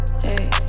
Hey